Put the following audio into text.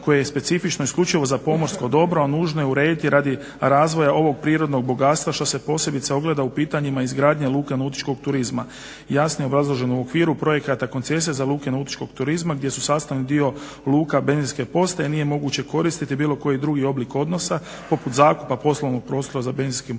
koje je specifično isključivo za pomorsko dobro, a nužno je urediti radi razvoja ovog prirodnog bogatstva što se posebice ogleda u pitanjima izgradnje luke nautičkog turizma. Jasnije je obrazloženo u okviru projekata koncesija za luke nautičkog turizma, gdje su sastavni dio luka benzinske postaje nije moguće koristiti bilo koji drugi oblik odnosa poput zakupa poslovnog prostora za benzinske pumpe,